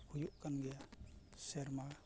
ᱦᱩᱭᱩᱜ ᱠᱟᱱ ᱜᱮᱭᱟ ᱥᱮᱨᱢᱟ